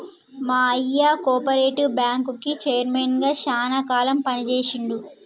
మా అయ్య కోపరేటివ్ బ్యాంకుకి చైర్మన్ గా శానా కాలం పని చేశిండు